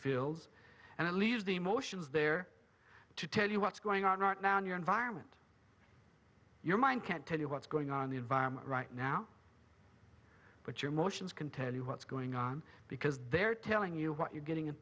fields and leave the emotions there to tell you what's going on right now in your environment your mind can't tell you what's going on the environment right now but your emotions can tell you what's going on because they're telling you what you're getting in